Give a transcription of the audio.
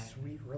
Sweet